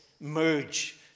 merge